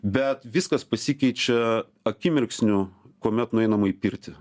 bet viskas pasikeičia akimirksniu kuomet nueinama į pirtį